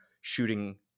shooting